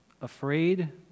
afraid